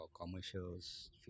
commercials